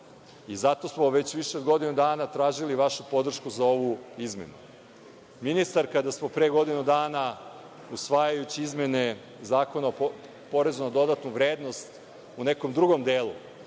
i zato smo već više od godinu dana tražili vašu podršku za ovu izmenu. Ministar kada smo pre godinu dana usvajajući izmene Zakona o PDV u nekom drugom delu,